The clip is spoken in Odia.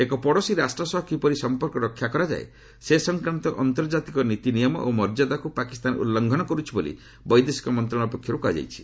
ଏକ ପଡ଼ୋଶୀ ରାଷ୍ଟ୍ର ସହ କିପରି ସଂପର୍କ ରକ୍ଷାକରାଯାଏ ସେ ସଂକ୍ରାନ୍ତ ଆନ୍ତର୍ଜାତିକ ନୀତି ନିୟମ ଓ ମର୍ଯ୍ୟାଦାକୁ ପାକିସ୍ତାନ ଉଲ୍ଲ୍ଲଘନ କରୁଛି ବୋଲି ବୈଦେଶିକ ମନ୍ତ୍ରଣାଳୟ ପକ୍ଷରୁ କୁହାଯାଇଛି